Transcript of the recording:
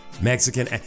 Mexican